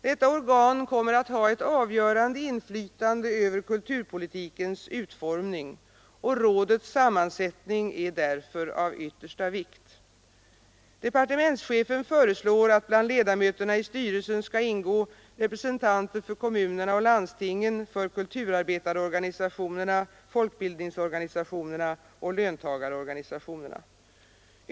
Detta organ kommer att ha ett avgörande inflytande över kulturpolitikens utformning, och rådets sammansättning är därför av yttersta vikt. Departementschefen föreslår att bland ledamöterna i styrelsen skall ingå representanter för kommuner 35 na och landstingen, för kulturarbetarorganisationerna, folkbildningsorganisationerna och löntagarorganisationerna.